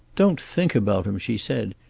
don't think about him, she said.